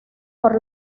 por